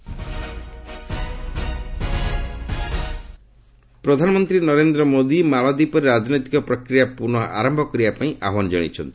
PM Maldives ପ୍ରଧାନମନ୍ତ୍ରୀ ନରେନ୍ଦ୍ର ମୋଦି ମାଳଦ୍ଧୀପରେ ରାଜନୈତିକ ପ୍ରକ୍ରିୟା ପୁନଃ ଆରମ୍ଭ କରିବା ପାଇଁ ଆହ୍ୱାନ ଜଣାଇଛନ୍ତି